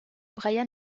brian